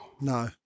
No